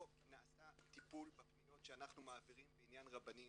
לא נעשה טיפול בפניות שאנחנו מעבירים בעניין רבנים